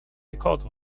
because